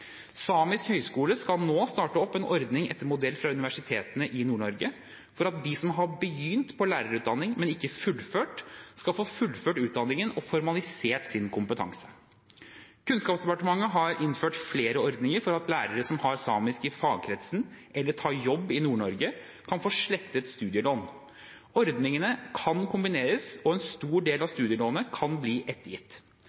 Samisk høgskole skal nå starte opp en ordning etter modell fra universitetene i Nord-Norge for at de som har begynt på en lærerutdanning, men ikke fullført, skal få fullført utdanningen og formalisert sin kompetanse. Kunnskapsdepartementet har innført flere ordninger for at lærere som har samisk i fagkretsen eller tar jobb i Nord-Norge, kan få slettet studielån. Ordningene kan kombineres, og en stor del av